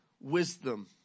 wisdom